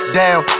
down